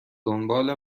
دنبال